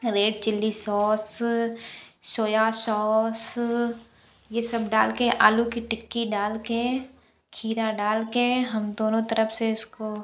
red chilli sauce soya sauce यह सब डाल कर आलू की टिक्की डाल कर खीरा डाल कर हम दोनों तरफ से इसको